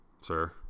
sir